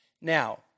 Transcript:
Now